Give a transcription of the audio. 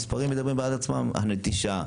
המספרים מדברים בעד עצמם: הנטישה,